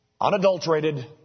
Unadulterated